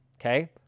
okay